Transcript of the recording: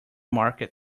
market